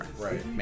Right